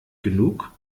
genug